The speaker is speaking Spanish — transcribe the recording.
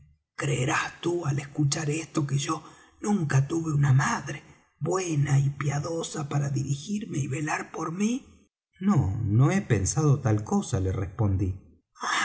creerás tú al escuchar esto que yo nunca tuve una madre buena y piadosa para dirigirme y velar por mí no no he pensado tal cosa le respondí